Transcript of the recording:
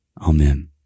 Amen